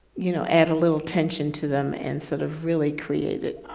you know, add a little tension to them and sort of really created